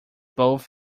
both